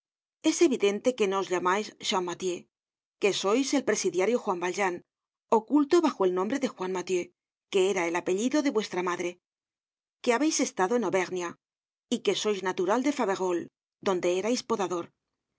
es evidente que no os llamais champmathieu que sois el presidiario juan valjean oculto bajo el nombre de juan mathieu que era el apellido de vuestra madre que habeis estado en auvernia y que sois natural de faverolles donde erais